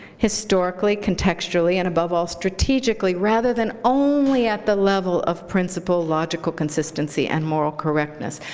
historically, contextually, and above all, strategically, rather than only at the level of principle, logical consistency, and moral correctness.